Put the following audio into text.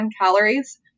calories